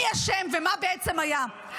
מי אשם ומה בעצם היה.